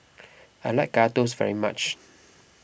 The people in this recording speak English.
I like toast very much